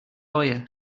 lawyer